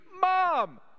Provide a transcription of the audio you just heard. Mom